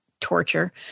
torture